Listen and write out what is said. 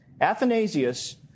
Athanasius